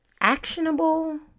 actionable